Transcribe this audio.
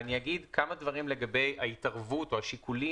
אני אגיד כמה דברים לגבי ההתערבות או השיקולים